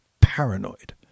paranoid